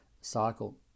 cycle